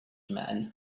man